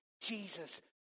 Jesus